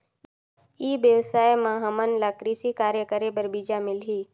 ई व्यवसाय म हामन ला कृषि कार्य करे बर बीजा मिलही?